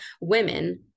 Women